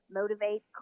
motivate